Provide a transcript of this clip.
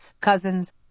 cousins